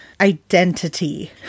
Identity